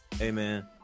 Amen